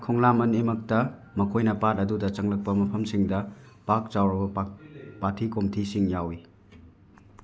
ꯈꯣꯡꯂꯝ ꯑꯅꯤꯃꯛꯇ ꯃꯈꯣꯏꯅ ꯄꯥꯠ ꯑꯗꯨꯗ ꯆꯪꯂꯛꯄ ꯃꯐꯝꯁꯤꯡꯗ ꯄꯥꯛ ꯆꯥꯎꯔꯕ ꯄꯥꯠꯊꯤ ꯀꯣꯝꯊꯤꯁꯤꯡ ꯌꯥꯎꯋꯤ